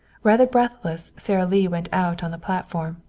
rather breathless sara lee went out on the platform.